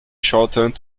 shortened